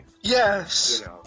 Yes